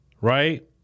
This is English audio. right